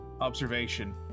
Observation